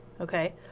Okay